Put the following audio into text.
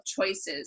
Choices